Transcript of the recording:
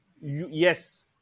yes